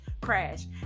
crash